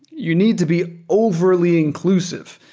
you need to be overly inclusive.